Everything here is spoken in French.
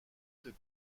que